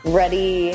ready